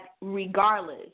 regardless